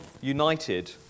united